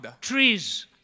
Trees